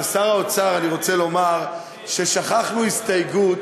לשר האוצר אני רוצה לומר ששכחנו הסתייגות